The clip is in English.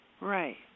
Right